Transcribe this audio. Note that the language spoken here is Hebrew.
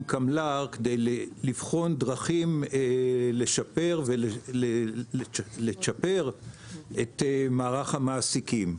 קמל"ר כדי לבחון דרכים לשפר ולצ'פר את מערך המעסיקים.